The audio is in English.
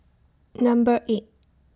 Number eight